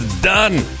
Done